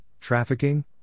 trafficking